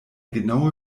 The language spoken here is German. genaue